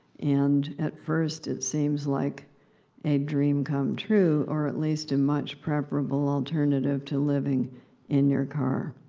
and at first, it seems like a dream come true, or at least a much-preferable alternative to living in your car.